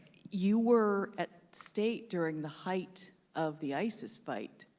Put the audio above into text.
you were at state during the height of the isis fight.